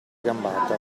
gambata